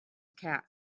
cat